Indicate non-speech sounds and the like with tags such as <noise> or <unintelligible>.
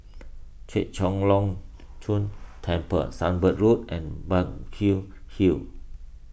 <noise> Chek Chai Long Chuen Temple Sunbird Road and <unintelligible> Hill